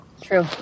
True